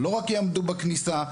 לא רק יעמדו בכניסה,